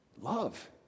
Love